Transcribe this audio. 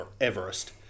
Everest